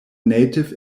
native